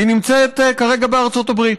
היא נמצאת כרגע בארצות הברית.